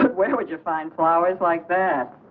where would you find flowers like that.